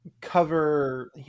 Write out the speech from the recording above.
cover